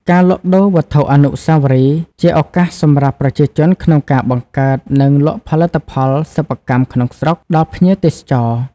ការលក់ដូរវត្ថុអនុស្សាវរីយ៍ ជាឱកាសសម្រាប់ ប្រជាជនក្នុងការបង្កើត និងលក់ផលិតផលសិប្បកម្មក្នុងស្រុក ដល់ភ្ញៀវទេសចរ។